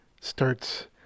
starts